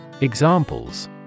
Examples